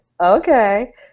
Okay